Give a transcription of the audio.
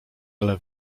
ale